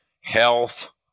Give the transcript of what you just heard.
health